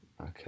Okay